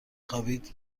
خوابید